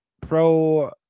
pro